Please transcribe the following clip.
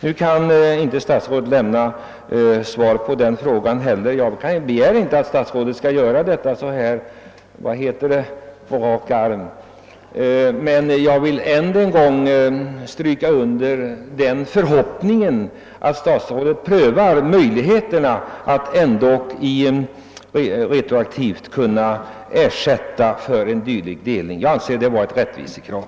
Nu kan inte statsrådet lämna något svar på min senaste fråga heller, och jag begär inte att han skall göra det så här på rak arm. Jag vill emellertid än en gång stryka under min förhoppning att statsrådet ändock prövar möjligheterna att retroaktivt lämna ersättning för en sådan delning. Jag anser det vara ett rättvisekrav.